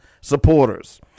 supporters